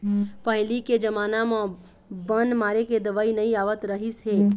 पहिली के जमाना म बन मारे के दवई नइ आवत रहिस हे